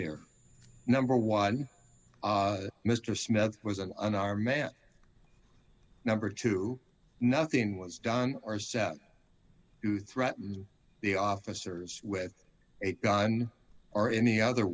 here number one mr smith was a an r male number two nothing was done or set to threaten the officers with a gun or any other